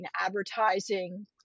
advertising